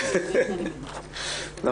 אנחנו